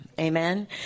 Amen